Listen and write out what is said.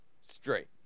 Straight